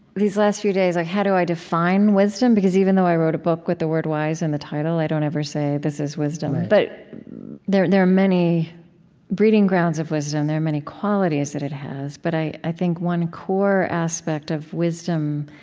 these last few days, like, how do i define wisdom because even though i wrote a book with the word wise in the title, i don't ever say, this is wisdom. but there there are many breeding grounds of wisdom. there are many qualities that it has. but i think think one core aspect of wisdom,